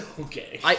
okay